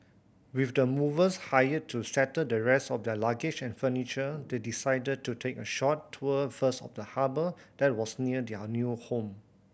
with the movers hired to settle the rest of their luggage and furniture they decided to take a short tour first of the harbour that was near their new home